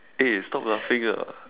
eh stop laughing lah